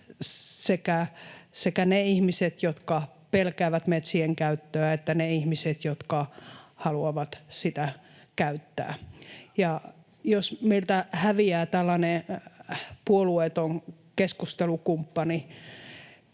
sekä ne ihmiset, jotka pelkäävät metsien käyttöä, että ne ihmiset, jotka haluavat niitä käyttää. Jos meiltä häviää tällainen puolueeton keskustelukumppani,